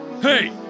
Hey